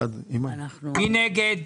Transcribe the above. מי נגד?